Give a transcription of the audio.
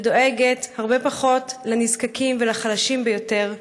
שדואגת הרבה פחות לנזקקים ולחלשים ביותר.